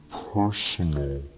personal